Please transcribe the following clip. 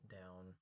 down